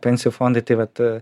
pensijų fondai tai vat